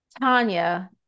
Tanya